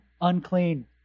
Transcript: unclean